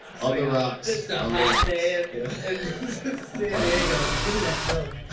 on the rocks. just a hot day in san diego, it's like, give me that milk.